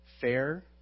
fair